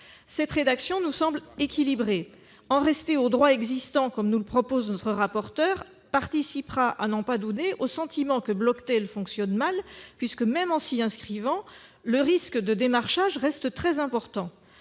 Cette rédaction nous semble équilibrée. En rester au droit existant, comme nous le propose notre rapporteur, participera à n'en pas douter au sentiment que Bloctel fonctionne mal, puisque, même en s'y inscrivant, le risque de démarchage reste très important.